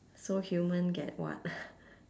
so human get what